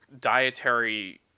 dietary